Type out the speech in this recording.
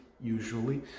usually